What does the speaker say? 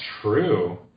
true